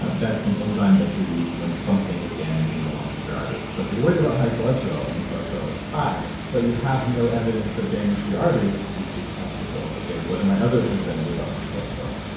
ah that's an enzyme that's released when something is damaging the lining of your arteries. so if you're worried about high cholesterol and your cholesterol is high but you have no evidence of damage to your arteries, you should ask yourself. okay. what are my other concerns about my cholesterol?